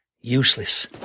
Useless